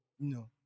No